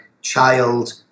child